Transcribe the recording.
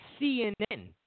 CNN